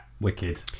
Wicked